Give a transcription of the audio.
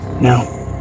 no